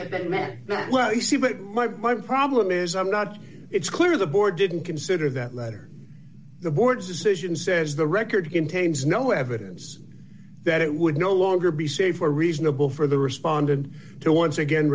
have been met that well you see but my problem is i'm not it's clear the board didn't consider that letter the board's decision says the record contains no evidence that it would no longer be safe or reasonable for the respondent to once again